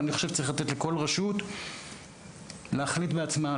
אני חושב שצריך לתת לכל רשות להחליט בעצמה,